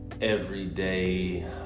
everyday